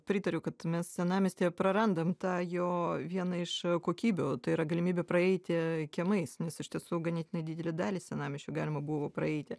pritariu kad mes senamiestyje prarandam tą jo vieną iš kokybių tai yra galimybę praeiti kiemais nes iš tiesų ganėtinai didelę dalį senamiesčio galima buvo praeiti